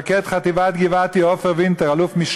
מפקד חטיבת גבעתי אלוף-משנה